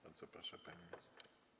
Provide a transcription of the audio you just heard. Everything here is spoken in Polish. Bardzo proszę, pani minister.